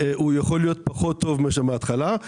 כך הוא פחות טוב מאשר בהתחלה,